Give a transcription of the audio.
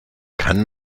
kann